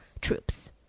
troops